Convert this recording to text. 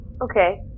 Okay